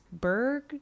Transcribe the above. berg